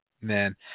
Man